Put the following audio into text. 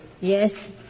yes